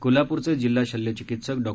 कोल्हापूरचे जिल्हा शल्यचिकित्सक डॉ